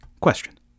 Question